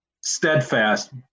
steadfast